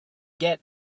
get